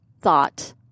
thought